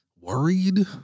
worried